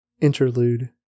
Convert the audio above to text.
Interlude